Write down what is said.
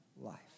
life